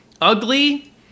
ugly